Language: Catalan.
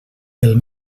pel